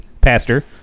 pastor